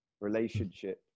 relationship